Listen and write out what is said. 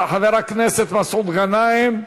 חבר הכנסת מסעוד גנאים.